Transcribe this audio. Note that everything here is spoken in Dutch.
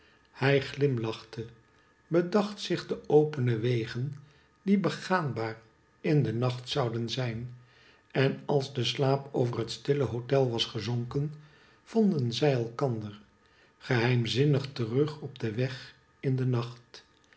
hij glimlachte bedacht zich de opene wegen die begaanbaar in den nacht zouden zijn en als de slaap over het stille hotel was gezonken vonden zij elkander geheimzinnig terug op den weg in den nacht